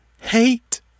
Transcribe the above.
Hate